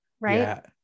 right